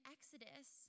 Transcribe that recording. Exodus